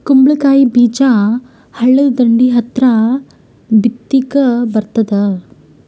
ಕುಂಬಳಕಾಯಿ ಬೀಜ ಹಳ್ಳದ ದಂಡಿ ಹತ್ರಾ ಬಿತ್ಲಿಕ ಬರತಾದ?